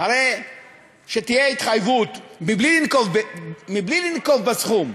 הרי שתהיה התחייבות, מבלי לנקוב בסכום.